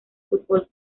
fútbol